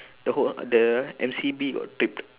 the whole the M_C_B all tripped